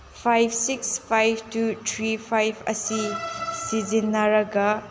five six five two three five ꯑꯁꯤ ꯁꯤꯖꯤꯟꯅꯔꯒ